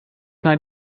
not